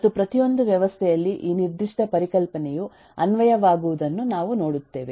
ಮತ್ತು ಪ್ರತಿಯೊಂದು ವ್ಯವಸ್ಥೆಯಲ್ಲಿ ಈ ನಿರ್ದಿಷ್ಟ ಪರಿಕಲ್ಪನೆಯು ಅನ್ವಯವಾಗುವುದನ್ನು ನಾವು ನೋಡುತ್ತೇವೆ